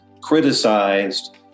criticized